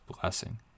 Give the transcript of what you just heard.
blessing